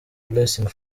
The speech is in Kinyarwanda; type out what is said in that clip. blessing